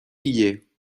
guillet